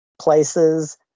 places